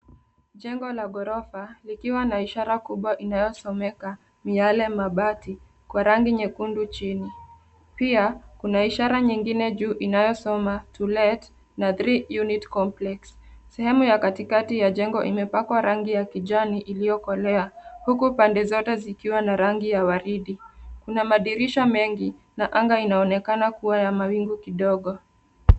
Jengo la ghorofa likiwa na ishara kubwa inayosomeka Miale Mabati kwa rangi nyekundu chini. Pia, kuna ishara nyingine juu inayosoma to let na three unit complex . Sehemu ya katikati ya jengo imepakwa rangi ya kijani iliyokolea, huku pande zote zikiwa na rangi ya waridi. Kuna madirisha mengi na anga inaonekana kuwa ya mawingu kidogo.